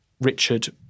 Richard